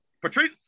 Patrice